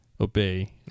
obey